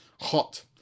Hot